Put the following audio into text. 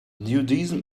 nudism